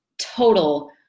total